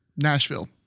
Nashville